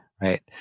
Right